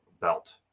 belt